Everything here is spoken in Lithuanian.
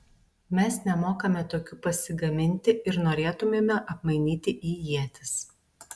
mes nemokame tokių pasigaminti ir norėtumėme apmainyti į ietis